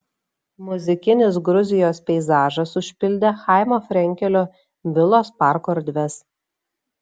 muzikinis gruzijos peizažas užpildė chaimo frenkelio vilos parko erdves